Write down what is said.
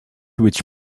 which